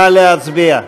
נא להצביע.